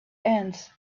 ants